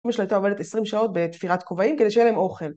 אמא שלי היתה עובדת 20 שעות בתפירת כובעים כדי שיהיה להם אוכל.